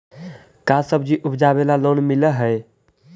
का सब्जी उपजाबेला लोन मिलै हई?